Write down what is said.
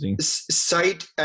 site